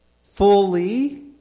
fully